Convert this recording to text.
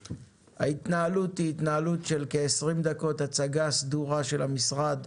ההתנהלות תהיה כלהלן: 20 דקות הצגה סדורה של המשרד.